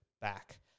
back